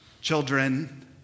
children